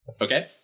Okay